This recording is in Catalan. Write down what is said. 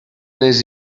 les